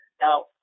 Now